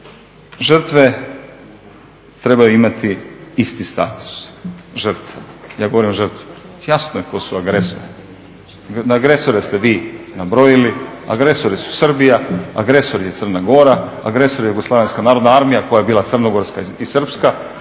žrtve trebaju imati isti status, žrtve, ja govorim o žrtvama. Jasno je tko su agresori, agresore ste vi nabrojili, agresori su Srbija, agresor je Crna Gora, agresor je JNA koja je bila crnogorska i srpska